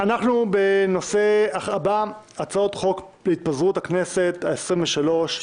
אנחנו דנים בשתי הצעות חוק להתפזרות הכנסת העשרים ושלוש,